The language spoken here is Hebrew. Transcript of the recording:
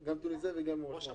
אתה וגם שגית.